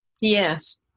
Yes